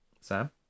Sam